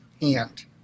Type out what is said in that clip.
hand